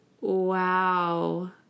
wow